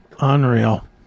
Unreal